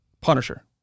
Punisher